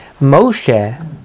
Moshe